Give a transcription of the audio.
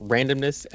Randomness